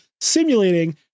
simulating